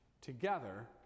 together